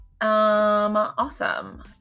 Awesome